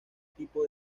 tipo